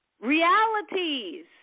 realities